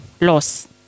loss